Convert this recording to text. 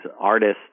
artists